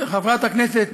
חברת הכנסת